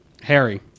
Harry